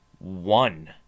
one